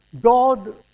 God